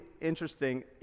interesting